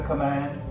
command